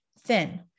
thin